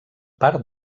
part